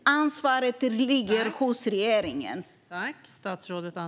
Ansvaret ligger hos regeringen.